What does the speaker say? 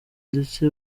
ndetse